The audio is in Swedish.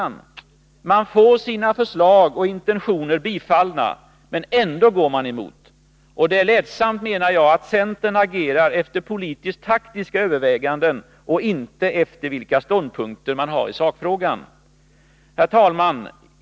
Centerns företrädare får sina förslag och intentioner tillstyrkta — ändå går de emot dem. Det är ledsamt menar jag, att centern agerar efter politisk-taktiska överväganden och inte efter vilka ståndpunkter man har i sakfrågan. Herr talman!